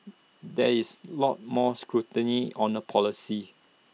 there is lot more scrutiny on the policy